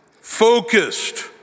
focused